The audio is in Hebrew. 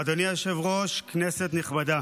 אדוני היושב-ראש, כנסת נכבדה,